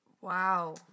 Wow